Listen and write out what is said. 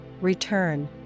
return